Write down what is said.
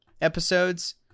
episodes